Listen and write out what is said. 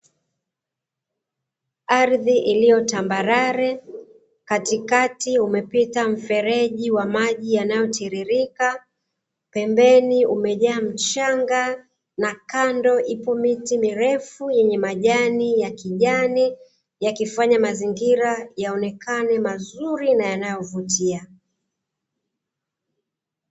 Ardhi iliyotambalale katikati umepita mfereji wa maji yanayotiririka, pembeni umejaa mchanga na kando ipo miti mirefu yenye majani ya kijani yakifanya mazingira yaonekane mazuri na yanayovutia.